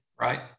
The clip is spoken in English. right